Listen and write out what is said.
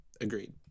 Agreed